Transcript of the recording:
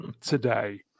today